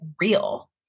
real